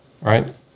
right